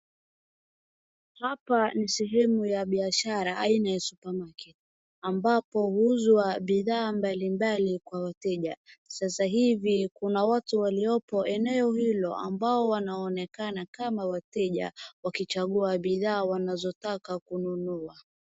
Hapa ni sehemu ya biashara aina ya supermarket ambapo huuzwa bidhaa mbalimbali kwa wateja. Sasa hivi kuna watu waliopo eneo hilo ambao wanaonekana kama wateja wakichagua bidhaa wanazotaka kununua.